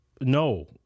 No